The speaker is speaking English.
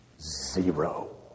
zero